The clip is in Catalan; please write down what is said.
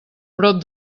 prop